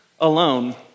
alone